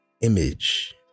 image